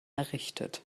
errichtet